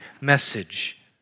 message